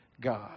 God